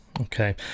okay